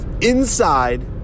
inside